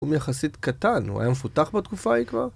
הוא יחסית קטן. הוא היה מפותח בתקופה ההיא כבר?